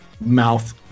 mouth